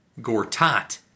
Gortat